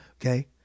okay